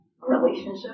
relationship